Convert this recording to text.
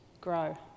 grow